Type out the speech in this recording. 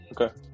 Okay